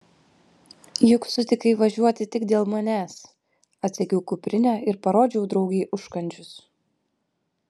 juk sutikai važiuoti tik dėl manęs atsegiau kuprinę ir parodžiau draugei užkandžius